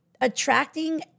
attracting